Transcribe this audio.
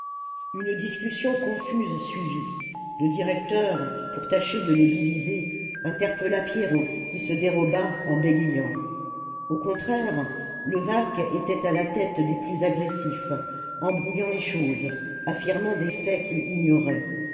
une discussion confuse suivit le directeur pour tâcher de les diviser interpella pierron qui se déroba en bégayant au contraire levaque était à la tête des plus agressifs embrouillant les choses affirmant des faits qu'il ignorait